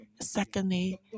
Secondly